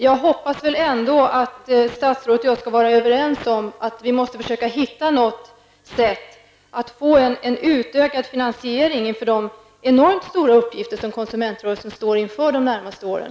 Jag hoppas ändå att statsrådet och jag skall vara överens om att vi måste försöka hitta något sätt att få en utökad finansiering mot bakgrund av de enormt stora uppgifter som konsumentrörelsen står inför de närmaste åren.